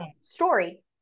story